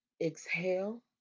exhale